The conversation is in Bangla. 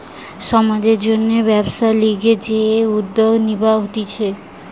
সমাজের জন্যে ব্যবসার লিগে যে সব উদ্যোগ নিবা হতিছে